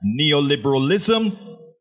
Neoliberalism